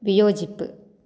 വിയോജിപ്പ്